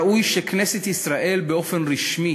ראוי שכנסת ישראל באופן רשמי